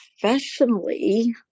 professionally